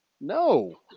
No